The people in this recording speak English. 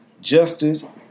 justice